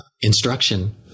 instruction